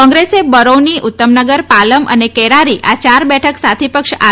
કોંગ્રેસ બરૌની ઉત્તમનગર પાલમ અને કૈરારી આ ચાર બેઠક સાથી પક્ષ આર